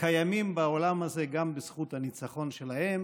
קיימים בעולם הזה גם בזכות הניצחון שלהם,